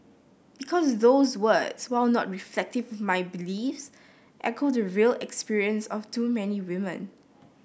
because those words while not reflective my beliefs echo the real experience of too many women